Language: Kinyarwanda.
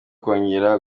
kongera